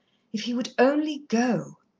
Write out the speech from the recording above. if he would only go.